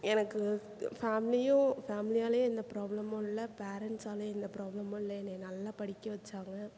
எனக்கு ஃபேம்லியும் ஃபேமிலியாலேயும் எந்த ப்ராப்ளமும் இல்லலை பேரண்ட்ஸாலேயும் எந்த ப்ராப்ளமும் இல்லை என்னை நல்லா படிக்க வைச்சாங்க